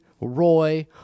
roy